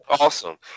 Awesome